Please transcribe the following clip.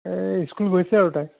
school গৈছে আৰু তাই